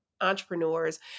entrepreneurs